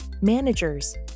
managers